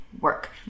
work